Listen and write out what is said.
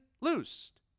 loosed